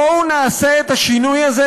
בואו נעשה את השינוי הזה,